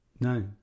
No